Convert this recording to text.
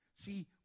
See